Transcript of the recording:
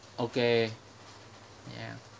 okay ya